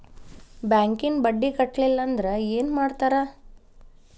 ಬ್ಯಾಂಕಿನ ಬಡ್ಡಿ ಕಟ್ಟಲಿಲ್ಲ ಅಂದ್ರೆ ಏನ್ ಮಾಡ್ತಾರ?